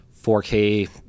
4K